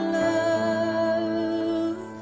love